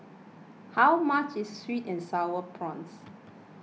how much is Sweet and Sour Prawns